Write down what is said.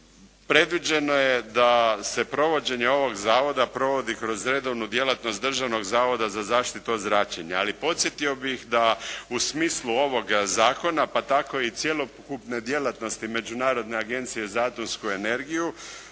predviđeno je da se provođenje ovog zavoda provodi kroz redovnu djelatnost Državnog zavoda za zaštitu od zračenja, ali podsjetio bih da u smislu ovoga zakona, pa tako i cjelokupne djelatnosti Međunarodne agencije za atomsku energiju